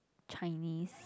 Chinese